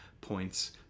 points